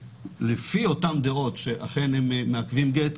לפי אותן דעות שאכן הם מעכבים גט,